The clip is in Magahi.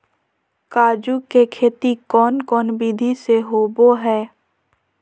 काजू के खेती कौन कौन विधि से होबो हय?